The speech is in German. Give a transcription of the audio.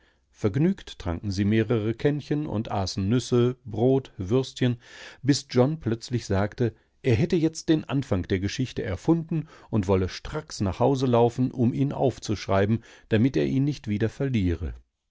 vergnügt tranken sie mehrere kännchen und aßen nüsse brot würstchen bis john plötzlich sagte er hätte jetzt den anfang der geschichte erfunden und wolle stracks nach hause laufen um ihn aufzuschreiben damit er ihn nicht wieder verliere